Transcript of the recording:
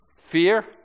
Fear